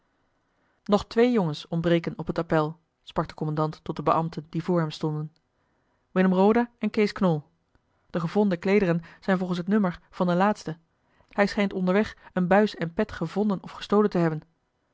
nog twee jongens ontbreken op het appel sprak de kommandant tot de beambten die voor hem stonden willem roda en kees knol de gevonden kleederen zijn volgens het nummer van den laatste hij schijnt onderweg een buis en pet gevonden of gestolen te hebben